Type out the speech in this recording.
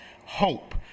hope